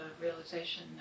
realization